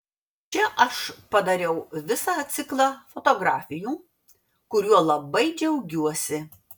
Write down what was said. čia aš padariau visą ciklą fotografijų kuriuo labai džiaugiuosi